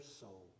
soul